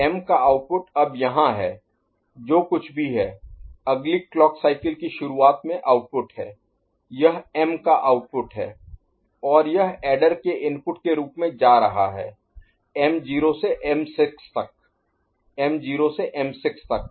m का output अब यहाँ है जो कुछ भी है अगली क्लॉक साइकिल की शुरुआत में आउटपुट है यह M का आउटपुट है और यह ऐडर के इनपुट के रूप में जा रहा है m0 से m6 तक m0 से m6 तक